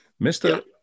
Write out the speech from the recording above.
Mr